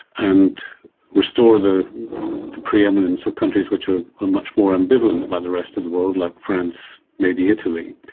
and restore the the pre-eminence of countries which are are much more ambivalent about the rest of the world like france, maybe italy.